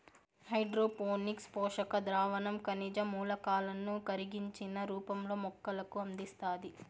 hydroponics పోషక ద్రావణం ఖనిజ మూలకాలను కరిగించిన రూపంలో మొక్కలకు అందిస్తాది